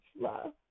love